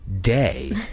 Day